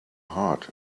heart